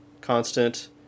constant